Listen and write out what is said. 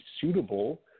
suitable